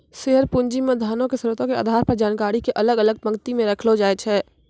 share पूंजी मे धनो के स्रोतो के आधार पर जानकारी के अलग अलग पंक्ति मे रखलो जाय छै